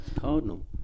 Cardinal